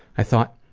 i thought,